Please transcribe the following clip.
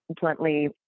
bluntly